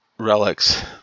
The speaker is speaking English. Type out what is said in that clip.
Relics